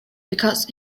because